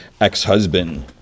ex-husband